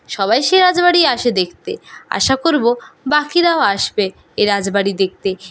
সবাই সেই রাজবাড়ি আসে দেখতে আশা করবো বাকিরাও আসবে এ রাজবাড়ি দেখতে